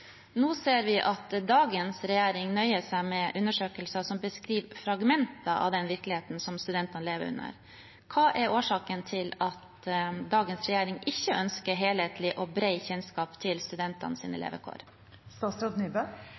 Nå ser vi at dagens regjering nøyer seg med undersøkelser som beskriver fragmenter av den virkeligheten som studentene lever under. Hva er årsaken til at dagens regjering ikke ønsker en helhetlig og bred kjennskap til